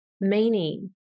meaning